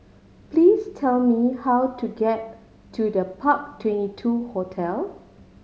please tell me how to get to The Park Twenty two Hotel